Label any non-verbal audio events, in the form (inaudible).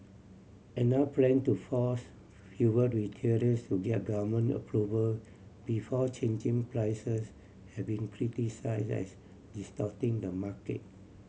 (unintelligible) plan to force fuel retailers to get government approval before changing prices has been criticise as distorting the market